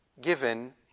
Given